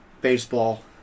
baseball